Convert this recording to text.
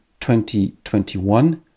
2021